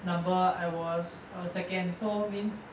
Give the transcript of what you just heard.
number I was err second so means